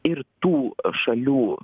ir tų šalių